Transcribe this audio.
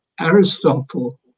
Aristotle